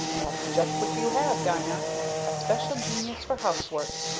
that's just what you have, dina a special genius for housework.